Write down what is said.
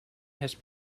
has